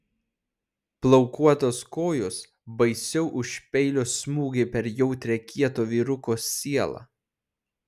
plaukuotos kojos baisiau už peilio smūgį per jautrią kieto vyruko sielą